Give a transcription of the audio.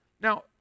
Now